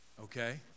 okay